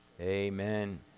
Amen